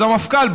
אז המפכ"ל,